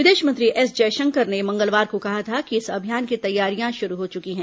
विदेष मंत्री एस जयषंकर ने मंगलवार को कहा था कि इस अभियान की तैयारियां शुरू हो चुकी हैं